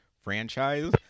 franchise